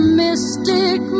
mystic